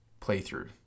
playthrough